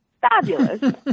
Fabulous